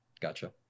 Gotcha